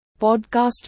Podcast